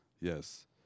Yes